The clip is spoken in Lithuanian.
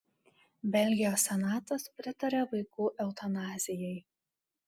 belgijos senatas pritarė vaikų eutanazijai